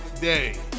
day